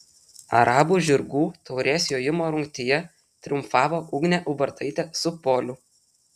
arabų žirgų taurės jojimo rungtyje triumfavo ugnė ubartaitė su poliu